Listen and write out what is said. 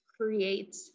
create